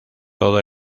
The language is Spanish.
todo